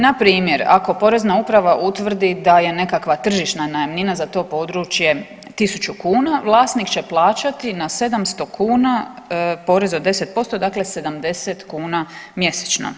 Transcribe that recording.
Na primjer, ako porezna uprava utvrdi da je nekakva tržišna najamnina za to područje 1000 kn, vlasnik će plaćati na 700 kn porez od 10%, dakle 70 kn mjesečno.